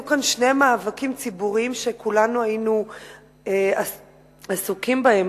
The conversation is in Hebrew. היו כאן שני מאבקים ציבוריים שכולנו היינו עסוקים בהם.